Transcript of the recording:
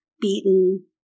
beaten